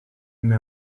met